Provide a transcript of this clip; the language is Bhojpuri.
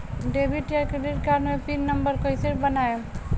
डेबिट या क्रेडिट कार्ड मे पिन नंबर कैसे बनाएम?